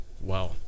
wow